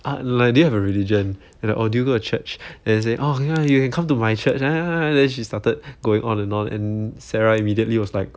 like do you have a religion and like orh do you go to church and then say oh ya you can come to my church ah then she started going on and on and sarah immediately was like